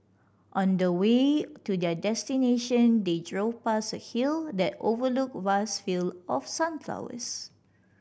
on the way to their destination they drove past a hill that overlooked vast field of sunflowers